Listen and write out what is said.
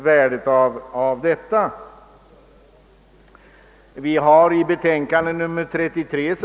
Värdet av denna förmån är inte heller alldeles betydelselöst.